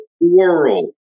world